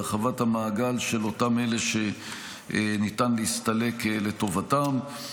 בהרחבת המעגל של אותם אלה שניתן להסתלק לטובתם,